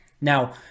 Now